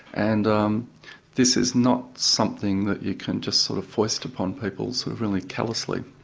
and um this is not something that you can just sort of foist upon people sort of really callously.